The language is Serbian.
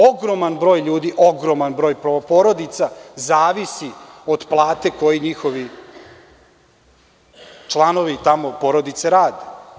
Ogroman broj ljudi, ogroman broj porodica zavisi od plate koje, njihovi članovi tamo porodice rade.